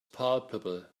palpable